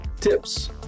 tips